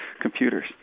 computers